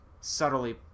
subtly